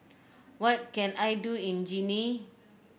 what can I do in Guinea